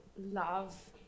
love